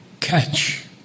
catch